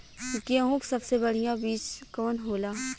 गेहूँक सबसे बढ़िया बिज कवन होला?